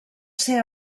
ser